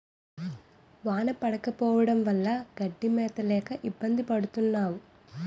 వాన పడకపోవడం వల్ల గడ్డి మేత లేక ఇబ్బంది పడతన్నావు